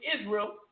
Israel